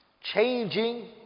changing